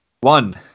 One